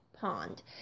pond